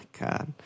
God